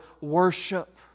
worship